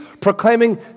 proclaiming